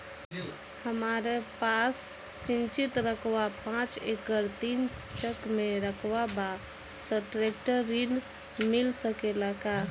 हमरा पास सिंचित रकबा पांच एकड़ तीन चक में रकबा बा त ट्रेक्टर ऋण मिल सकेला का?